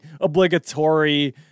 obligatory